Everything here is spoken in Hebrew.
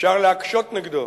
אפשר להקשות נגדו,